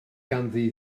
ganddi